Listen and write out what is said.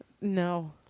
No